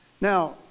Now